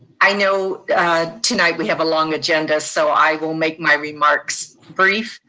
i know tonight we have a long agenda, so i will make my remarks brief.